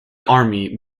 army